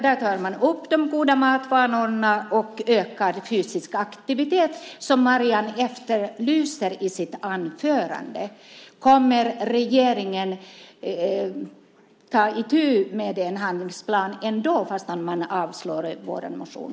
Där tar man upp de goda matvanorna och ökad fysisk aktivitet, som Marianne efterlyser i sitt anförande. Kommer regeringen att ändå ta itu med den handlingsplanen fastän man avstyrker vår motion?